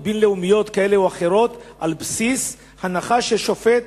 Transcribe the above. בין-לאומיות כאלה ואחרות על בסיס הנחה ששופט